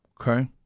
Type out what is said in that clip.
Okay